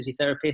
physiotherapist